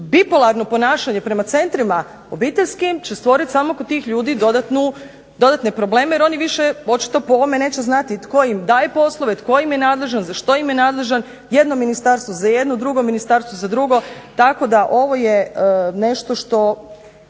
bipolarno ponašanje prema centrima obiteljskim će stvoriti samo kod tih ljudi dodatne probleme, jer oni više očito po ovome neće znati tko im daje poslove, tko im je nadležan, za što im je nadležan, jedno ministarstvo za jedno, drugo ministarstvo za drugo, tako da ovo je nešto što